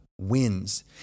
wins